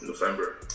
November